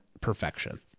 perfection